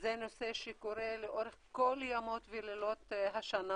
זה נושא שקורה לאורך כל ימות ולילות השנה